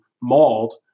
mauled